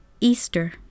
Easter